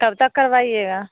कब तक करवाइएगा